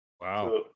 Wow